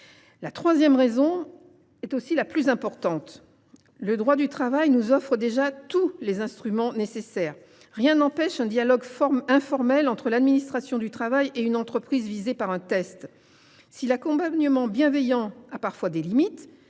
La troisième raison est aussi la plus importante : le droit du travail nous offre déjà tous les instruments nécessaires. Rien n’empêche un dialogue informel entre l’administration du travail et une entreprise visée par un test. Si l’accompagnement bienveillant a parfois ses limites,